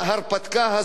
לא רק אנחנו,